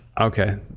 okay